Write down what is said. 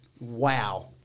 wow